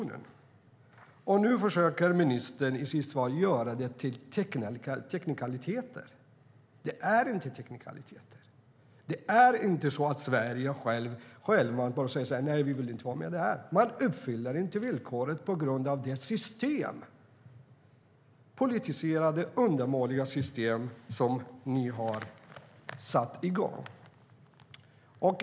Nu försöker ministern i sitt svar göra det till en fråga om teknikaliteter. Det är inte en fråga om teknikaliteter. Det är inte så att Sverige självt sagt att vi inte vill vara med. Vi uppfyller inte villkoren på grund av det politiserade undermåliga system som regeringen har inrättat.